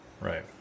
Right